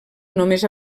només